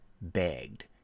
begged